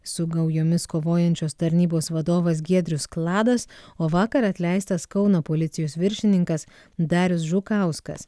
su gaujomis kovojančios tarnybos vadovas giedrius kladas o vakar atleistas kauno policijos viršininkas darius žukauskas